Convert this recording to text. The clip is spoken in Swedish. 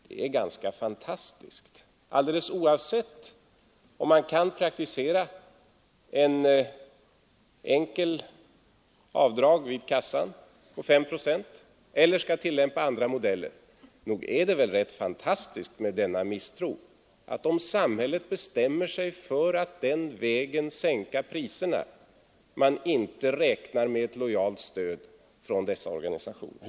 Detta gäller alldeles oavsett om man kan praktisera ett enkelt avdrag vid kassan på 5 procent eller om man skall tillämpa andra modeller. Nog är det väl rätt fantastiskt med denna misstro. Om samhället bestämmer sig för att den vägen sänka priserna, räknar man inte med ett lojalt stöd från dessa organisationer.